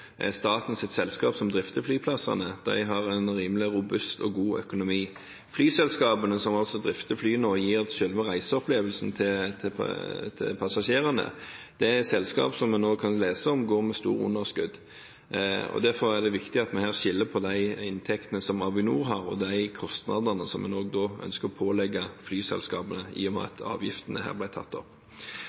som drifter flyplassene. De har en rimelig robust og god økonomi. Flyselskapene, som altså drifter flyene og gir selve reiseopplevelsen til passasjerene, er selskap som vi nå kan lese om at går med store underskudd, og derfor er det viktig at vi – i og med at avgiftene her ble tatt opp – skiller mellom de inntektene som Avinor har, og de kostnadene som vi ønsker å pålegge flyselskapene. Så er det også viktig at